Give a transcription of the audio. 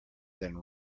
than